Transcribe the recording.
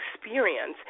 experience